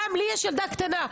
גם לי יש ילדה קטנה.